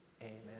amen